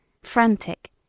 Frantic